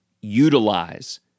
utilize